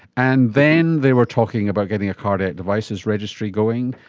and then they were talking about getting a cardiac devices registry going.